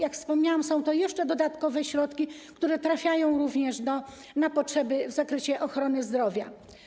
Jak wspomniałam, są to jeszcze dodatkowe środki, które trafiają również na potrzeby w zakresie ochrony zdrowia.